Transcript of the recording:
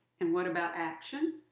and what about action?